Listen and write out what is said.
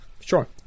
Sure